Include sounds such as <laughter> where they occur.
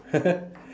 <laughs>